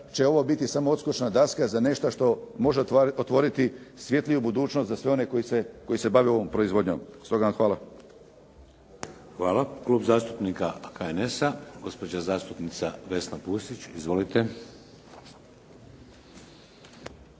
će ovo biti samo odskočna daska za nešto što može otvoriti svjetliju budućnost za sve one koji se bave ovom proizvodnjom. Stoga vam hvala. **Šeks, Vladimir (HDZ)** Hvala. Klub zastupnika HNS-a, gospođa zastupnica Vesna Pusić. Izvolite.